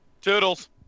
Toodles